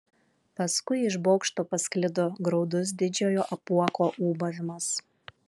paskui iš bokšto pasklido graudus didžiojo apuoko ūbavimas